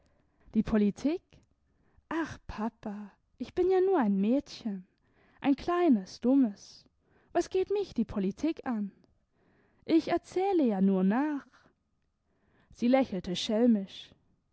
die politik ach papa ich bin ja nur ein mädchen ein kleines dummes was geht mich die politik an ich erzähle ja nur nach sie lächelte schelmisch